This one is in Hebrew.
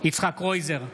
יצחק קרויזר,